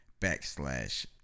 backslash